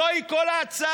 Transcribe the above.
זוהי כל ההצעה.